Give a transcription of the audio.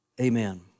Amen